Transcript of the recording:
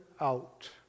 out